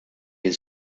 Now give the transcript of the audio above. jien